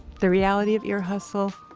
the reality of ear hustle